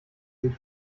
sich